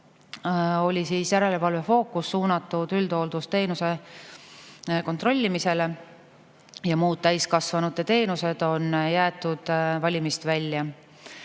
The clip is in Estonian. on järelevalve fookus olnud suunatud üldhooldusteenuse kontrollimisele ja muud täiskasvanute teenused on jäetud valimist välja.